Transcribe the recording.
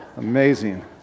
amazing